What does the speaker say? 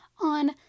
on